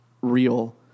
real